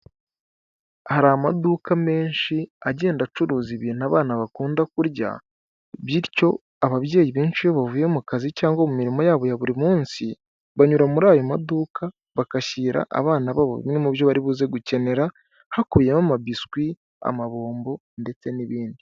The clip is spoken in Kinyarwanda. Hari amaduka menshi agenda acuruza ibintu abana bakunda kurya bityo ababyeyi benshi iyo bavuye mu kazi cyangwa mu mirimo yabo ya buri munsi, banyura muri ayo maduka bagashyira abana babo bimwe mu byo bari buze gukenera, hakubiyemo amabisi, amabombo ndetse n'ibindi.